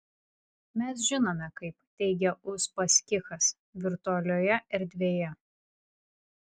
mes žinome kaip teigia uspaskichas virtualioje erdvėje